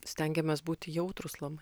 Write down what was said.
stengiamės būti jautrūs labai